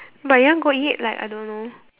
but you want go eat like I don't know